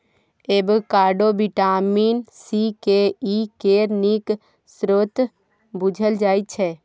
avocado vitamin C, K, E केर नीक स्रोत बुझल जाइ छै